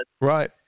Right